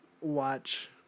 watch